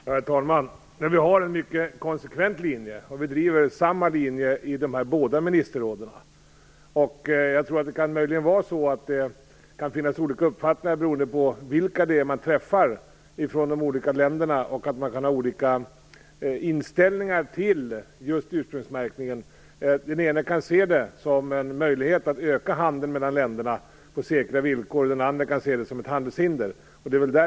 Herr talman! Vi har en mycket konsekvent linje. Vi driver samma linje i båda ministerråden. Det kan möjligen finnas olika uppfattningar beroende på vilka man träffar. Man kan ha olika inställning till ursprungsmärkning i olika länder. Den ene kan se det som en möjlighet att öka handeln mellan länderna på säkra villkor, den andre kan se det som ett handelshinder.